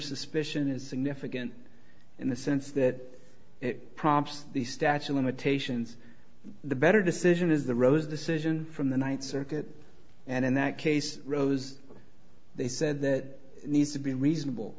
suspicion is significant in the sense that it prompts the statue limitations the better decision is the rose decision from the ninth circuit and in that case rose they said that needs to be reasonable